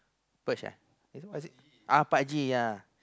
Perch eh what is it ah pak haji ya